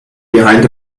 behind